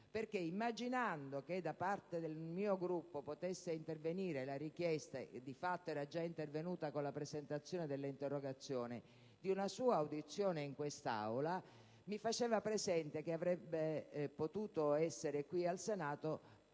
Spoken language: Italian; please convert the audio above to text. perché, immaginando che da parte del mio Gruppo potesse intervenire la richiesta (che di fatto era già intervenuta con la presentazione delle interrogazioni) di una sua presenza in quest'Aula, mi faceva presente che avrebbe potuto essere in Senato